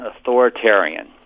authoritarian